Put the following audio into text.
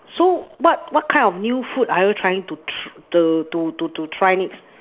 so what what kind of new food are you trying to to to to try next